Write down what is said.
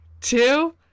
two